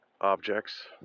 objects